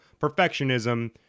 perfectionism